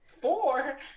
Four